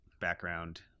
background